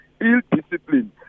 ill-discipline